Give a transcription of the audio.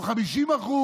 או 50%,